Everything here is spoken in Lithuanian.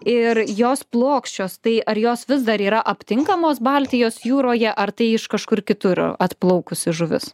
ir jos plokščios tai ar jos vis dar yra aptinkamos baltijos jūroje ar tai iš kažkur kitur atplaukusi žuvis